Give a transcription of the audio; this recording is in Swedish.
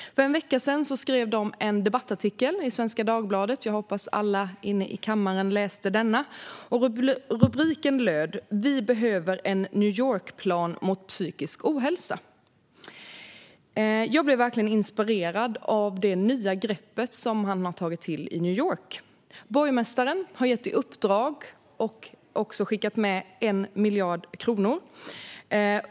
För en vecka sedan skrev de en debattartikel i Svenska Dagbladet. Jag hoppas att alla i kammaren läste den. Rubriken löd: "Vi behöver en New York-plan mot psykisk ohälsa". Jag blev verkligen inspirerad av det nya grepp som man har tagit till i New York. Borgmästaren har gett ett uppdrag och skickat med 1 miljard kronor.